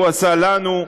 הוא עשה לנו,